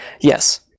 yes